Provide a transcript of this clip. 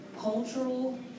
cultural